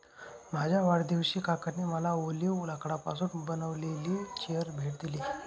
माझ्या वाढदिवशी काकांनी मला ऑलिव्ह लाकडापासून बनविलेली चेअर भेट दिली